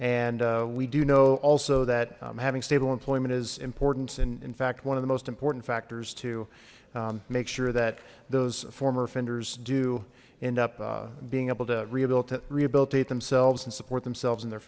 and we do know also that having stable employment is important and in fact one of the most important factors to make sure that those former offenders do end up being able to rehabilitate rehabilitate themselves and support themselves and their